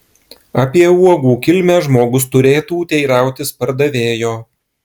apie uogų kilmę žmogus turėtų teirautis pardavėjo